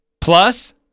plus